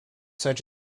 such